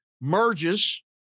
merges